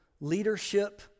Leadership